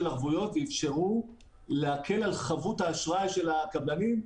ערבויות ואפשרו להקל על חבות האשראי של הקבלנים,